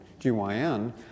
GYN